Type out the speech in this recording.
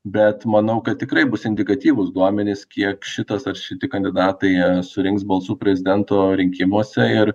bet manau kad tikrai bus indikatyvūs duomenys kiek šitas ar šiti kandidatai surinks balsų prezidento rinkimuose ir